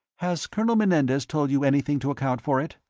has colonel menendez told you anything to account for it?